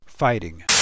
Fighting